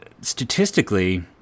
statistically